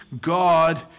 God